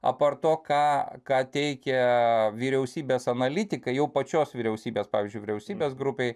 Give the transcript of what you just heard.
apart to ką ką teikia vyriausybės analitikai jau pačios vyriausybės pavyzdžiui vyriausybės grupei